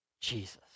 Jesus